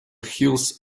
hills